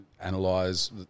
analyze